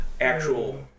actual